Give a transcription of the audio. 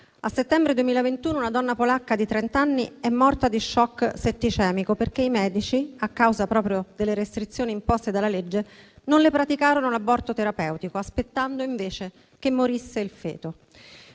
settembre 2021 una donna polacca di trent’anni è morta di shock setticemico perché i medici, a causa proprio delle restrizioni imposte dalla legge, non le praticarono l’aborto terapeutico, aspettando invece che morisse il feto.